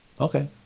Okay